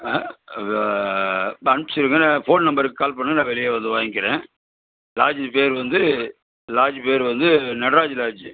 ஆ இப்போ அமுச்சுடுங்க என் ஃபோன் நம்பருக்கு கால் பண்ணுங்கள் நான் வெளியே வந்து வாங்கிக்கிறேன் லாட்ஜு பேர் வந்து லாட்ஜ் பேர் வந்து நட்ராஜ் லாட்ஜு